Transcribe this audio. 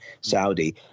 Saudi